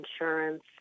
insurance